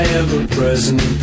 ever-present